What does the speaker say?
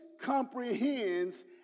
comprehends